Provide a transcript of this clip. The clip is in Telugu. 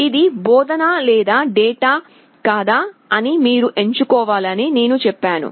ఇది బోధనా లేదా డేటా కాదా అని మీరు ఎంచుకోవాలని నేను చెప్పాను